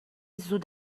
زود